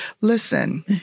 Listen